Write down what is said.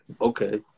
Okay